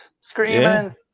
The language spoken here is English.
screaming